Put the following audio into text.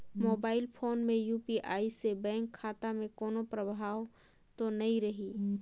Mobile phone मे UPI से bank खाता मे कोनो प्रभाव तो नइ रही?